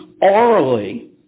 orally